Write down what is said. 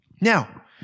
Now